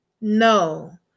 no